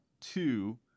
two